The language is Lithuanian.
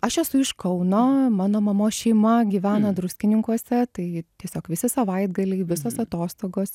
aš esu iš kauno mano mamos šeima gyvena druskininkuose tai tiesiog visi savaitgaliai visos atostogos